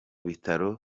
bitaro